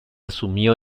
asumió